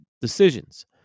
decisions